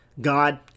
God